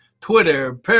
Twitter